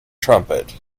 trumpet